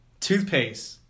toothpaste